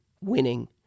winning